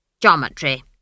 Geometry